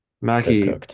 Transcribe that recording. Mackie